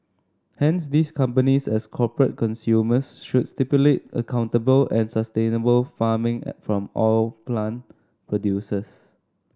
hence these companies as corporate consumers should stipulate accountable and sustainable farming at from oil palm producers